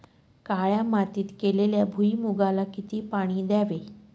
काळ्या मातीत केलेल्या भुईमूगाला किती पाणी द्यावे?